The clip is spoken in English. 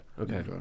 Okay